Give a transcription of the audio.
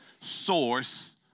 source